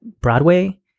Broadway